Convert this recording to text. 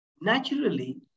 naturally